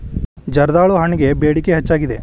ಜರ್ದಾಳು ಹಣ್ಣಗೆ ಬೇಡಿಕೆ ಹೆಚ್ಚಾಗಿದೆ